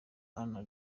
anna